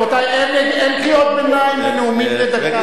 רבותי, אין קריאות ביניים בנאומים בני דקה.